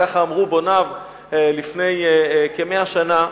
כך אמרו בוניו לפני כ-100 שנה,